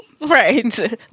Right